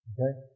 Okay